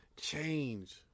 change